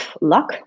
luck